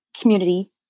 community